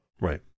Right